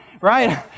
Right